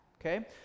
Okay